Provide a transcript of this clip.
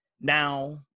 Now